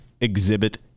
exhibit